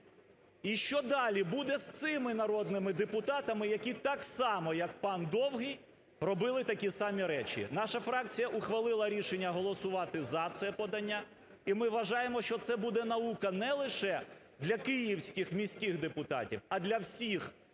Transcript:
І що далі буде з цими народними депутатами, які так само, як пан Довгий, робили такі самі речі. Наша фракція ухвалила рішення голосувати за це подання. І ми вважаємо, що це буде наука не лише для київських міських депутатів, а для всіх,